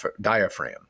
diaphragm